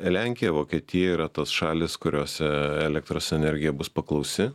lenkija vokietija yra tos šalys kuriose elektros energija bus paklausi